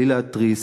בלי להתריס,